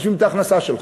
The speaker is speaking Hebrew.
מחשבים את ההכנסה שלך.